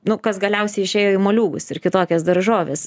nu kas galiausiai išėjo į moliūgus ir kitokias daržoves